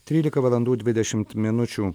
trylika valandų dvidešimt minučių